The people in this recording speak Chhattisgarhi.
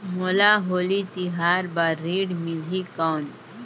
मोला होली तिहार बार ऋण मिलही कौन?